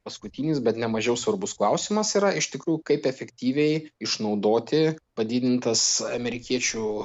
paskutinis bet nemažiau svarbus klausimas yra iš tikrųjų kaip efektyviai išnaudoti padidintas amerikiečių